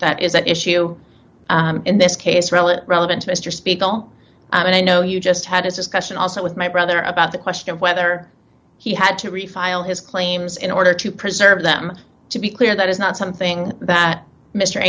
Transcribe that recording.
that is at issue in this case relit relevant to mr speaker all i know you just had his discussion also with my brother about the question of whether he had to refile his claims in order to preserve them to be clear that is not something that mr